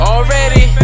Already